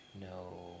no